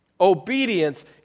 obedience